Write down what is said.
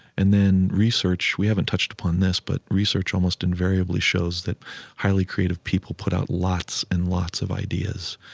and then research. we haven't touched upon this, but research almost invariably shows that highly creative people put out lots and lots of ideas.